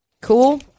Cool